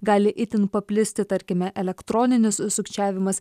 gali itin paplisti tarkime elektroninis sukčiavimas